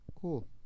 cool